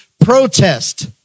protest